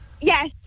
yes